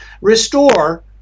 Restore